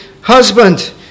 husband